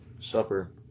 supper